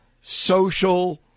social